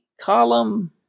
column